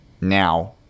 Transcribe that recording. Now